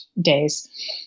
days